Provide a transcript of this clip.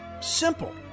Simple